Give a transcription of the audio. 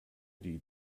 die